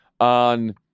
on